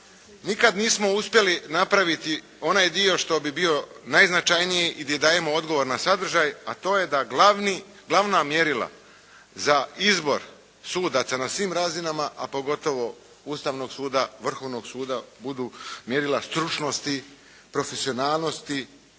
nikad nismo uspjeli napraviti onaj dio što bi bio najznačajniji i gdje dajemo odgovor na sadržaj, a to je da glavna mjerila za izbor sudaca na svim razinama, a pogotovo Ustavnog suda, Vrhovnog suda budu mjerila stručnosti, profesionalnosti,